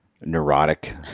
neurotic